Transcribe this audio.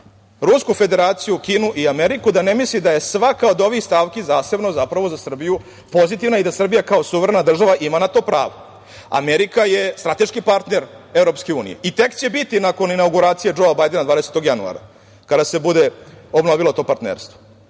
Rusku Federaciju, Kinu i Ameriku, da ne misli da je svaka od ovih stavki zasebna za Srbiju, pozitivna i da Srbija kao suverena država ima na to pravo. Amerika je strateški partner EU i tek će biti nakon inauguracije Džoa Bajdena 20. januara, kada se bude obnovilo to partnerstvo. Ne